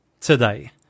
today